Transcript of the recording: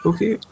Okay